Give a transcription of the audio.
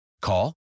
Call